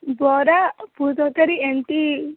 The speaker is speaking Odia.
ବରା ଆଉ ପୁରୀ ତରକାରୀ ଏମିତି